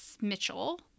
Mitchell